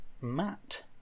Matt